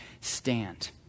stand